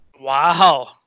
Wow